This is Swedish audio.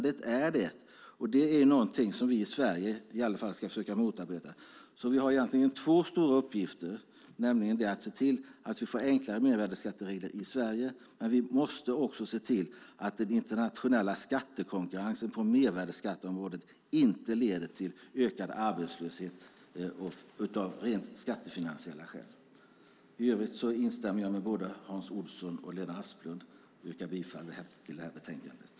Detta är något som vi i Sverige ska försöka motarbeta. Vi har alltså två stora uppgifter. Dels ska vi se till att få enklare mervärdesskatteregler i Sverige, dels ska vi se till att den internationella skattekonkurrensen på mervärdesskatteområdet inte leder till ökad arbetslöshet av rent skattefinansiella skäl. I övrigt instämmer jag med både Hans Olsson och Lena Asplund och yrkar bifall till utskottets förslag.